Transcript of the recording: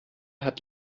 hat